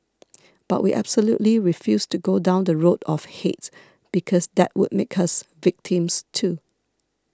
but we absolutely refused to go down the road of hate because that would make us victims too